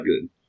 good